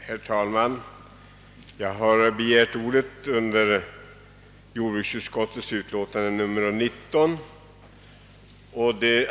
Herr talman! Jag har begärt ordet för att säga några ord om jordbruksutskottets utlåtande nr 19.